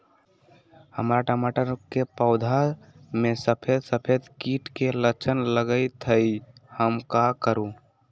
हमर टमाटर के पौधा में सफेद सफेद कीट के लक्षण लगई थई हम का करू?